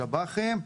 שב"חים,